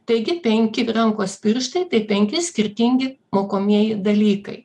taigi penki rankos pirštai tai penki skirtingi mokomieji dalykai